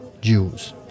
Jews